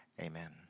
amen